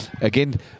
Again